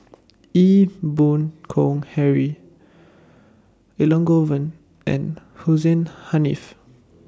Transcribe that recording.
Ee Boon Kong Henry Elangovan and Hussein Haniff